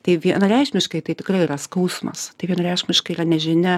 tai vienareikšmiškai tai tikrai yra skausmas tai vienareikšmiškai yra nežinia